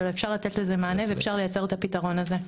אבל אפשר לתת לזה מענה ואפשר לייצר את הפתרון הזה.